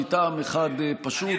מטעם אחד פשוט,